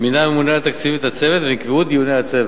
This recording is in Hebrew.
מינה הממונה על התקציבים את הצוות ונקבעו דיוני הצוות.